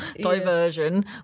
diversion